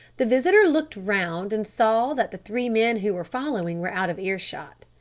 the visitor looked round and saw that the three men who were following were out of ear shot.